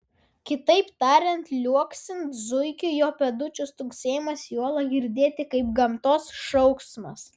kitaip tariant liuoksint zuikiui jo pėdučių stuksėjimas į uolą girdėti kaip gamtos šauksmas